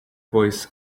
voice